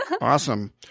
Awesome